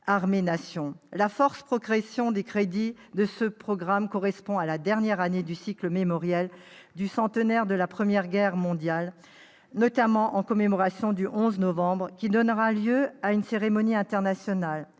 La forte progression des crédits de ce programme correspond à la dernière année du cycle mémoriel du centenaire de la Première Guerre mondiale, notamment la commémoration du 11 Novembre, qui donnera lieu à une cérémonie internationale